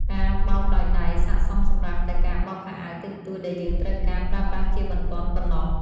ការបោកដោយដៃស័ក្តិសមសម្រាប់តែការបោកខោអាវតិចតួចដែលយើងត្រូវការប្រើប្រាស់ជាបន្ទាន់ប៉ុណ្ណោះ។